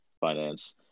finance